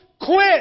quit